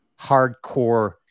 hardcore